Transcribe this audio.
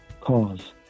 cause